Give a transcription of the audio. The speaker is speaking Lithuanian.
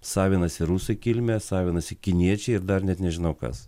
savinasi rusų kilmės savinasi kiniečiai ir dar net nežinau kas